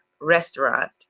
Restaurant